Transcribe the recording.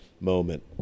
moment